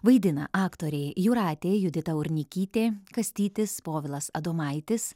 vaidina aktoriai jūratė judita urnikytė kastytis povilas adomaitis